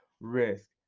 risk